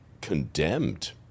condemned